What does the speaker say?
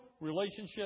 relationship